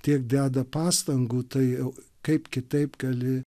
tiek deda pastangų tai o kaip kitaip gali